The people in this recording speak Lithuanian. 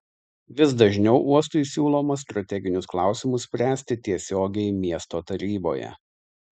vis dažniau uostui siūloma strateginius klausimus spręsti tiesiogiai miesto taryboje